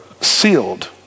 sealed